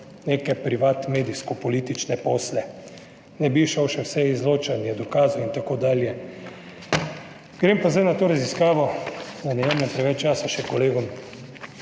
neke privat medijsko politične posle, ne bi šel še vse izločanje dokazov in tako dalje. Grem pa zdaj na to raziskavo, da ne jemljem preveč časa še kolegom.